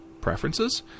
preferences